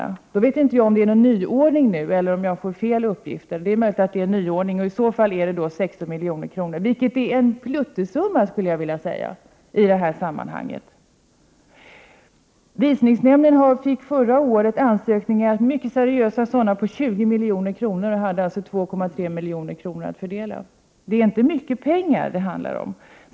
Jag vet inte om det har blivit en nyordning eller om jag har fått fel uppgifter. Det är möjligt att det är en nyordning, och i så fall handlar det om 16 milj.kr. Men det är ändå en pluttsumma i sammanhanget. Visningsnämnden fick förra året ansökningar, mycket seriösa sådana, på 20 milj.kr. och hade alltså 2,3 milj.kr. att fördela. Det är inte mycket pengar det handlar om.